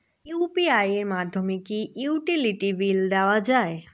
UPI এর মাধ্যমে কি ইউটিলিটি বিল দেওয়া যায়?